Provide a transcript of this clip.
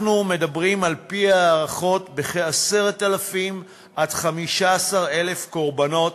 על-פי הערכות אנחנו מדברים ב-10,000 15,000 קורבנות